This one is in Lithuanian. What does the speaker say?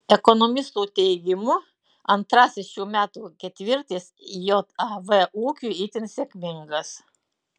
ekonomistų teigimu antrasis šių metų ketvirtis jav ūkiui itin sėkmingas